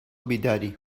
بیداری